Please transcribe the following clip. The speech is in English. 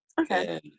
Okay